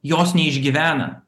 jos neišgyvena